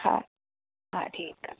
हा हा ठीकु आहे